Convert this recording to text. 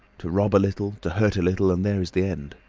to rob a little, to hurt a little, and there is the end.